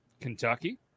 Kentucky